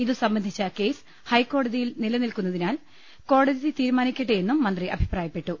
ഇതു സംബന്ധിച്ച കേസ് ഹൈക്കോടതിയിൽ നിലനിൽക്കുന്നതിനാൽ കോടതി തീരുമാനിക്കട്ടെയെന്നും മന്ത്രി അഭിപ്രാ യപ്പെട്ടു